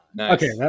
Okay